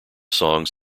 songs